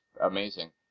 amazing